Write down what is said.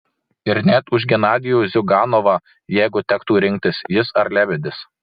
ir net už genadijų ziuganovą jeigu tektų rinktis jis ar lebedis